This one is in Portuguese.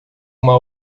uma